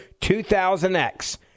2000X